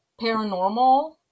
paranormal